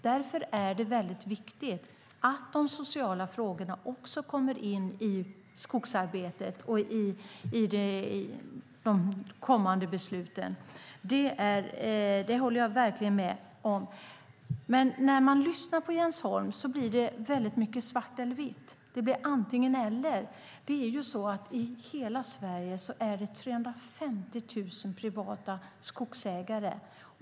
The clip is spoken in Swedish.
Därför är det väldigt viktigt att de sociala frågorna också kommer in i skogsarbetet och i de kommande besluten. Det håller jag verkligen med om. Men när man lyssnar på Jens Holm blir det väldigt mycket svart eller vitt. Det blir antingen eller. I hela Sverige finns det 350 000 privata skogsägare.